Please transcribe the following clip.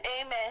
Amen